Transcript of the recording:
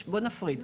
בואו נפריד.